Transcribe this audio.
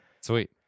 Sweet